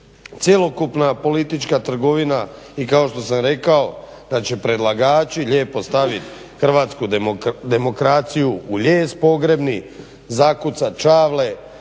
cjelokupna politička trgovina i kao što sam rekao da će predlagači lijepo staviti hrvatsku demokraciju u lijes pogrebni, zakucati čavle,